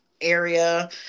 area